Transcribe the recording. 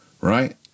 right